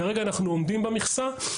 כרגע אנחנו עומדים במכסה.